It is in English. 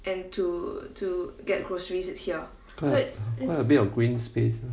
qui~ quite a bit of green space ah